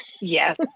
Yes